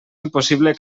impossible